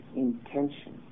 intention